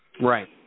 Right